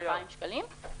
2,000 שקלים,